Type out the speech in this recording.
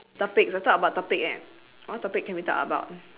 topic the talk about topic what topic can we talk about